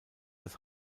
das